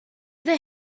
the